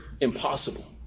Impossible